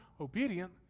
obedient